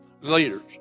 Leaders